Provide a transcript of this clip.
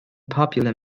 popular